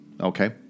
Okay